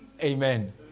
Amen